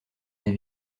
des